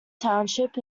township